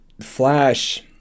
Flash